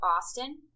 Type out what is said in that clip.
Austin